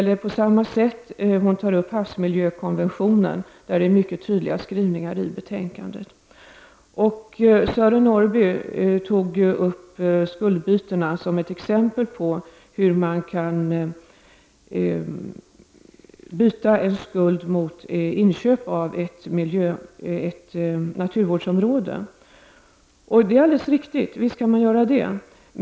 På samma sätt tas havsmiljökonventionen upp, och det finns mycket tydliga skrivningar i betänkandet. Sören Norrby tog upp skuldbytena och gav som exempel hur man kan byta en skuld mot ett inköp av ett naturvårdsområde. Det är alldeles riktigt. Visst kan man göra det.